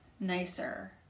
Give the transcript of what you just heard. nicer